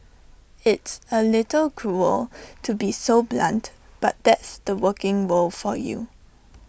it's A little cruel to be so blunt but that's the working world for you